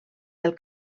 del